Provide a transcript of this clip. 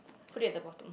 put it at the bottom